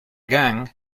gang